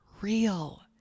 real